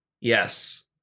Yes